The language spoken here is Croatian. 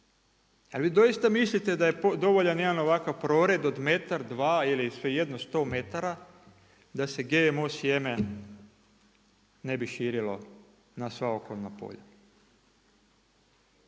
A vi doista mislite da je dovoljan jedan ovakav prored od metar, dva ili svejedno 100 metara, da se GMO sjeme ne bi širilo na sva okolna polja?